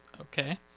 Okay